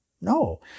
No